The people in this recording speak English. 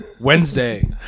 Wednesday